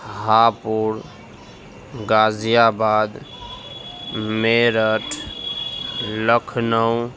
Hapur Ghaziabad Meerut Lucknow